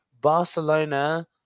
Barcelona